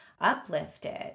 uplifted